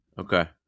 Okay